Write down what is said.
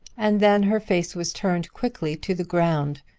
and then her face was turned quickly to the ground.